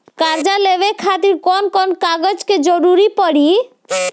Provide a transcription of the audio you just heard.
कर्जा लेवे खातिर कौन कौन कागज के जरूरी पड़ी?